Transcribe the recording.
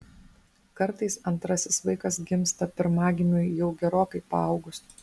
kartais antrasis vaikas gimsta pirmagimiui jau gerokai paaugus